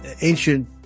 ancient